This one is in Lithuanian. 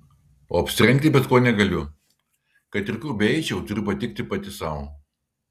o apsirengti bet ko negaliu kad ir kur beeičiau turiu patikti pati sau